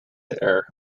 there